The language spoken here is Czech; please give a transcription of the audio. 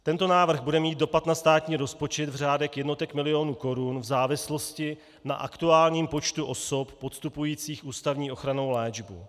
Tento návrh bude mít dopad na státní rozpočet v řádech jednotek milionů korun v závislosti na aktuálním počtu osob podstupujících ústavní ochrannou léčbu.